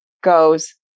goes